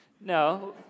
No